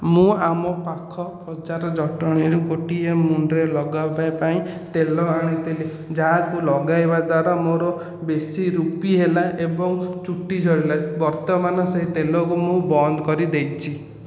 ମୁଁ ଆମ ପାଖ ବଜାର ଜଟଣୀ ରୁ ଗୋଟିଏ ମୁଣ୍ଡରେ ଲଗାଇବା ପାଇଁ ତେଲ ଆଣିଥିଲି ଯାହାକୁ ଲଗାଇବା ଦ୍ଵାରା ମୋର ବେଶୀ ରୁପି ହେଲା ଏବଂ ଚୁଟି ଝଡ଼ିଲା ବର୍ତ୍ତମାନ ସେହି ତେଲକୁ ମୁଁ ବନ୍ଦ କରିଦେଇଛି